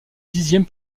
dixième